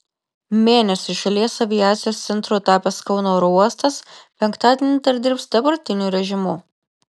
mėnesiui šalies aviacijos centru tapęs kauno oro uostas penktadienį dar dirbs dabartiniu režimu